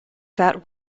that